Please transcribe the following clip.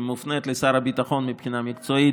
מופנית לשר הביטחון מבחינה מקצועית,